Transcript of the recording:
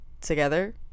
together